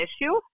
issue